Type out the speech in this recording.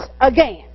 again